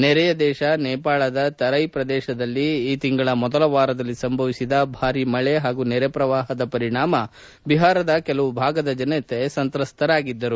ನೆರೆಯ ದೇಶ ನೇಪಾಳದ ತೆರೈ ಪ್ರದೇಶದಲ್ಲಿ ಈ ತಿಂಗಳ ಮೊದಲ ವಾರದಲ್ಲಿ ಸಂಭವಿಸಿದ ಭಾರೀ ಮಳೆ ಹಾಗೂ ನೆರೆ ಪ್ರವಾಹದ ಪರಿಣಾಮ ಬಿಹಾರದ ಕೆಲವು ಭಾಗದ ಜನತೆ ಸಂತ್ರಸ್ತರಾಗಿದ್ದರು